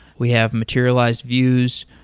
we have materialized views,